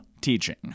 teaching